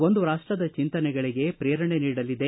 ಒಂದು ರಾಷ್ಟದ ಚಿಂತನೆಗಳಿಗೆ ಪ್ರೇರಣೆ ನೀಡಲಿದೆ